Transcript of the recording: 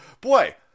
Boy